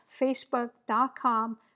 facebook.com